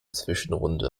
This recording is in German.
zwischenrunde